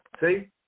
See